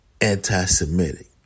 anti-Semitic